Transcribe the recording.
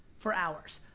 for hours.